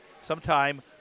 sometime